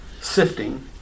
sifting